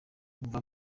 umva